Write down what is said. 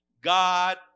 God